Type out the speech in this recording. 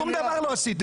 שום דבר לא עשיתם.